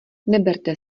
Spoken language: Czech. neberte